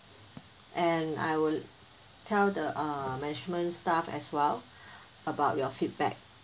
and I will tell the uh management staff as well about your feedback